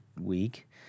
week